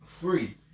free